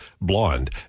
blonde